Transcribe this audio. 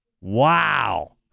Wow